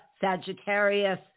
Sagittarius